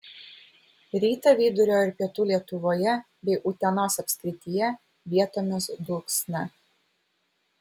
rytą vidurio ir pietų lietuvoje bei utenos apskrityje vietomis dulksna